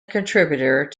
contributor